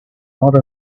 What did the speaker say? not